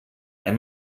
ein